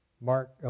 Mark